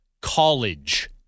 college